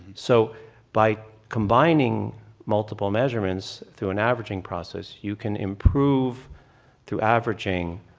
so by combining multiple measurements through an averaging process, you can improve through averaging